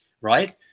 Right